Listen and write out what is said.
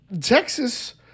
Texas